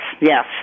yes